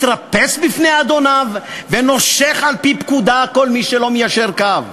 מתרפס בפני אדוניו ונושך על-פי פקודה כל מי שלא מיישר קו.